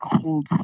cold